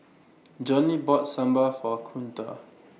Johnny bought Sambar For Kunta